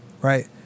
right